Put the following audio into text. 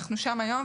אנחנו שם היום,